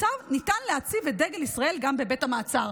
ניתן להציב את דגל ישראל גם בבית המעצר".